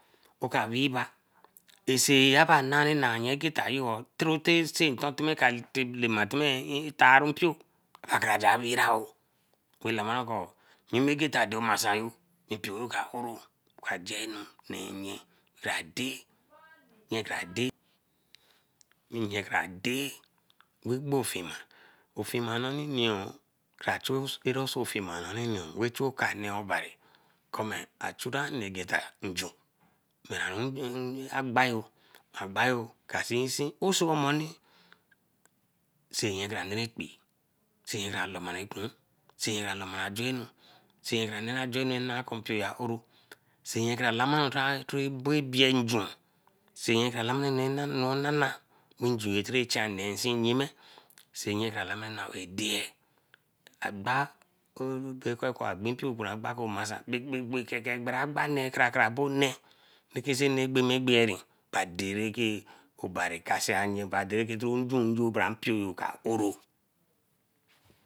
Oka wee ba nse aba naru naye egeta tarotanse lema tarun mpio kabaraja weeh raoh way lamaru ko yime geta do masun ru ba mpio yo ka oro wa ja enu neer yen kra dey, nyen kra dey wey gbofima. Ofima noni niyoo kara chu eraso fima wey chu oka neer obari kome achura nee egeta njun agbayo ka sinsin osomoni seen nye kra neru ekpee, seen nye kra lomaru ekuun, seen nye ma lomaru ajonu, ba neru ejonu moioyo. Seen nye kra lamaru bae bie njun. Seen nye kra lamaru enu raka na weeh nju yo tere chan nee nsan yime. Seenye kra lamaru enu raka agba kpikpikpi krakra nee kra bo nee raka bonebonegberi obari kase yee bra njun mpioo ka oro.